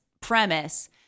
premise